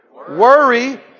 Worry